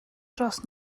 dros